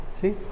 See